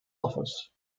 office